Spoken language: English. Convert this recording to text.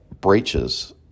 breaches